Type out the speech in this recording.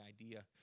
idea